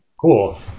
Cool